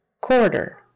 Quarter